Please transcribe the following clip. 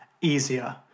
easier